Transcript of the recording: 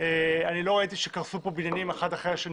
לא ראיתי שקרסו פה בניינים אחד אחרי השני.